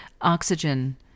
Oxygen